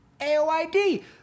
AOID